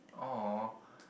!aww!